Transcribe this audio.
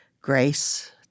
grace